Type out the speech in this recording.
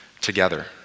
together